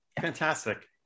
fantastic